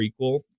prequel